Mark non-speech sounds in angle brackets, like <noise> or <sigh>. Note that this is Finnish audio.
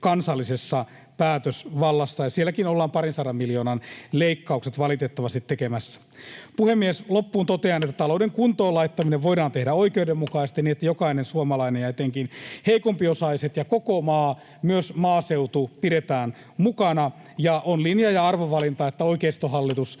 kansallisessa päätösvallassa, ja sielläkin ollaan parinsadan miljoonan leikkaukset valitettavasti tekemässä. Puhemies! Loppuun totean, <noise> että talouden kuntoon laittaminen voidaan tehdä oikeudenmukaisesti niin, että jokainen suomalainen ja etenkin heikompiosaiset ja koko maa, myös maaseutu, pidetään mukana. On linja- ja arvovalinta, että oikeistohallitus,